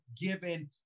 given